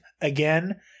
again